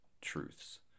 truths